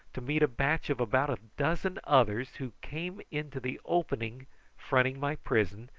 to meet a batch of about a dozen others, who came into the opening fronting my prison,